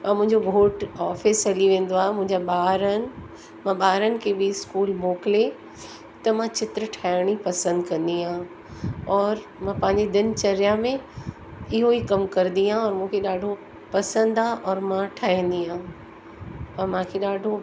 औरि मुंहिंजो घोटु ऑफिस हली वेंदो आहे मुंहिंजा ॿार आहिनि मां ॿारनि खे बि स्कूल मोकिले त मां चित्र ठाहिणु ई पसंदि कंदी आहियां और मां पंहिंजी दिनचर्या में इहो ई कमु कंदी आहियां औरि मूंखे ॾाढो पसंदि आहे औरि मां ठाहींदी आहियां औरि मूंखे ॾाढो